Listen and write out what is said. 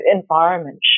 environment